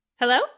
Hello